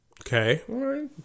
Okay